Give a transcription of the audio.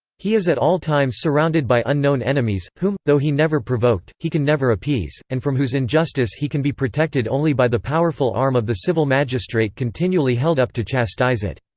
he is at all times surrounded by unknown unknown enemies, whom, though he never provoked, he can never appease, and from whose injustice he can be protected only by the powerful arm of the civil magistrate continually held up to chastise it.